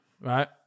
right